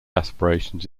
aspirations